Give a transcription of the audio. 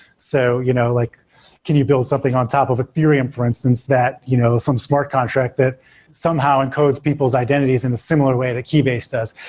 so you know like can you build something on top of ethereum for instance that you know some smart contract that somehow encodes people's identities in a similar way the keybase does?